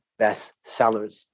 bestsellers